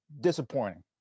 disappointing